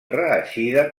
reeixida